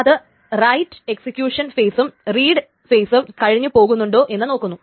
അത് write execution ഫെയിസും read ഫെയിസും കഴിഞ്ഞു പോകുന്നുണ്ടോ എന്നും നോക്കുന്നു